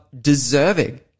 deserving